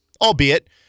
Albeit